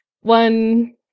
one